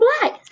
Black